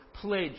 pledge